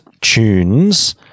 tunes